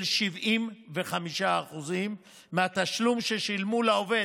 של 75% מהתשלום ששילמו לעובד.